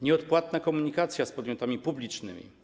Nieodpłatna komunikacja z podmiotami publicznymi.